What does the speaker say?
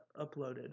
uploaded